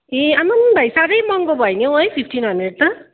ए आम्मम भाइ साह्रै महँगो भयो नि हौ है फिफ्टिन हन्ड्रेट त